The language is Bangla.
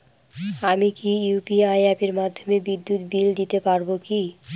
আমি কি ইউ.পি.আই অ্যাপের মাধ্যমে বিদ্যুৎ বিল দিতে পারবো কি?